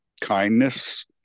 kindness